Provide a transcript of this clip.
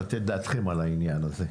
לתת דעתכם על העניין הזה.